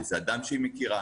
לאיזה אדם שהיא מכירה.